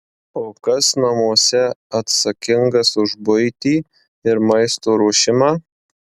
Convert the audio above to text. o kas namuose atsakingas už buitį ir maisto ruošimą